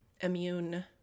immune